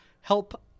help